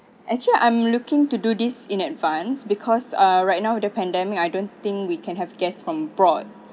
actually I'm looking to do this in advance because ah right now with the pandemic I don't think we can have guests from abroad